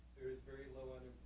very little and